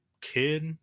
kid